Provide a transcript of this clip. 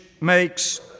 makes